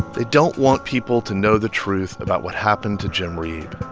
they don't want people to know the truth about what happened to jim reeb.